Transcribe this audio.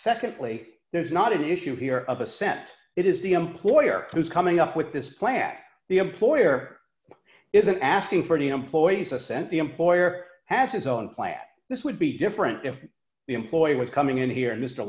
secondly there's not an issue here of a sense it is the employer who's coming up with this plan the employer isn't asking for an employee's assent the employer has his own plan this would be different if the employer was coming in here and m